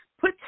Put